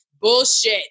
Bullshit